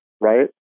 right